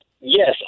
Yes